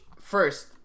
first